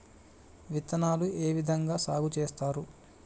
విత్తనాలు ఏ విధంగా సాగు చేస్తారు?